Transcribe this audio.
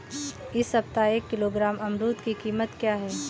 इस सप्ताह एक किलोग्राम अमरूद की कीमत क्या है?